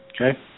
okay